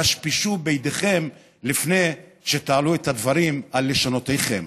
פשפשו בידיכם לפני שתעלו את הדברים על לשונותיכם.